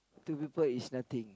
to people is nothing